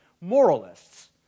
moralists